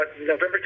November